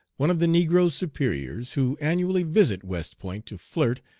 one of the negro's superiors, who annually visit west point to flirt,